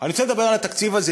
אני רוצה לדבר על התקציב הזה.